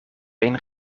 een